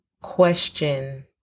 question